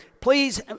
please